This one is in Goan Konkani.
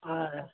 हय